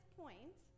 point